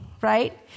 right